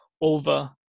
over